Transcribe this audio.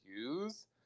use